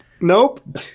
Nope